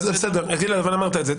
בסדר, אמרת את זה.